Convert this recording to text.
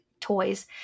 toys